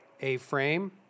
A-Frame